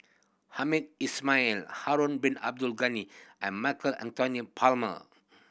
Hamed Ismail Harun Bin Abdul Ghani and Michael Anthony Palmer